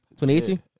2018